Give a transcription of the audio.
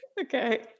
okay